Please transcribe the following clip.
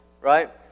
Right